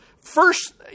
First